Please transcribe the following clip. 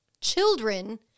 children